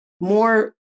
more